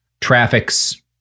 traffics